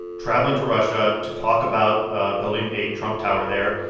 traveling to russia to talk about ah building a trump tower there.